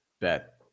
bet